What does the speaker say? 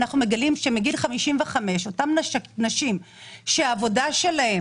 אנחנו מגלים שמגיל 55 אותן נשים שהעבודה שלהן